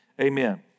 Amen